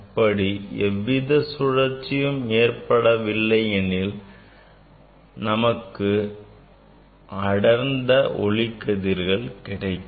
அப்படி எவ்வித சுழற்சியும் ஏற்படவில்லை எனில் நமக்கு அடர்ந்த ஒளிக்கதிர்கள் கிடைக்கும்